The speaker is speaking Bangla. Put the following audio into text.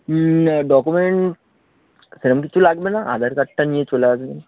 ডকুমেন্ট সেরকম কিছু লাগবে না আধার কার্ডটা নিয়ে চলে আসবেন